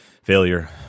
Failure